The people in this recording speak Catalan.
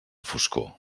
foscor